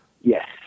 Yes